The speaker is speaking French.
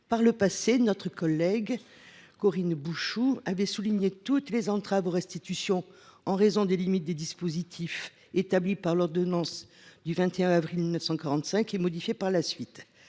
Notre ancienne collègue Corinne Bouchoux avait souligné toutes les entraves aux restitutions liées aux limites des dispositifs établis par l’ordonnance du 21 avril 1945 modifiée par la suite.